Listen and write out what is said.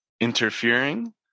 interfering